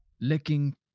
licking